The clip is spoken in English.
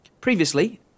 Previously